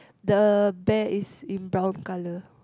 the bear is in brown colour